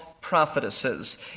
prophetesses